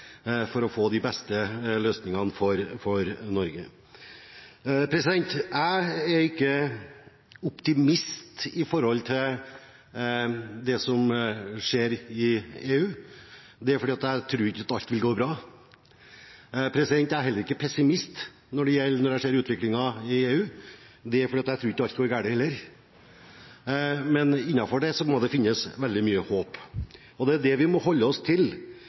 for å få de beste løsningene for Norge. Jeg er ikke optimist når det gjelder det som skjer i EU, og det er fordi jeg ikke tror at alt vil gå bra. Jeg er heller ikke pessimist når jeg ser utviklingen i EU, og det er fordi jeg ikke tror at alt går galt, heller. Men innenfor det må det finnes veldig mye håp, og det er det vi må holde oss til.